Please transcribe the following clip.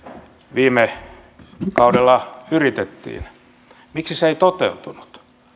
viime kaudella yritettiin miksi se ei toteutunut